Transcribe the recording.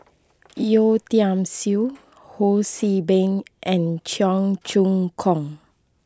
Yeo Tiam Siew Ho See Beng and Cheong Choong Kong